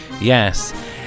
Yes